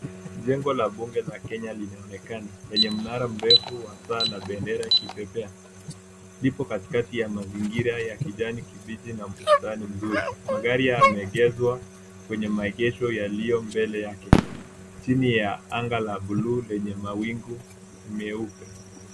Jengo la bunge la Kenya linaonekana lenye mnara mrefu wa saa na bendera ikipepea. Ipo katikati ya mazingira ya kijani kibichi na bustani mzuri. Magari yameegeshwa kwenye maegesho yaliyo mbele yake, chini ya anga la buluu lenye mawingu meupe.